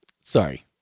sorry